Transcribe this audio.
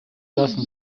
lassen